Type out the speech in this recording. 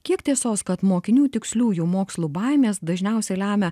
kiek tiesos kad mokinių tiksliųjų mokslų baimes dažniausiai lemia